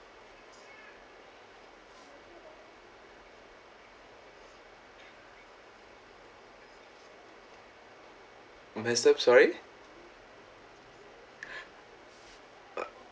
a messed up sorry uh